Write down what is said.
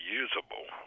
usable